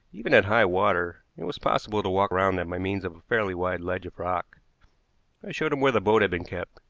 even at high water it was possible to walk round them by means of a fairly wide ledge of rock. i showed him where the boat had been kept,